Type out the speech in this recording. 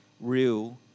real